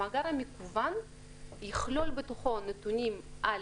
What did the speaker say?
המאגר המקוון יכלול בתוכו נתונים על